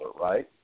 right